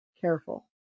careful